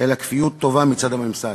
אלא כפיות טובה מצד הממסד.